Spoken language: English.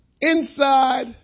Inside